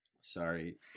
Sorry